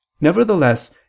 Nevertheless